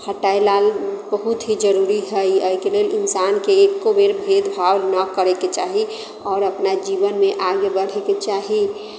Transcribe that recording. हटाय लागी बहुत ही जरूरी हइ एहिके लेल इन्सानके एको बेर भेदभाव न करयके चाही आओर अपना जीवनमे आगे बढ़यके चाही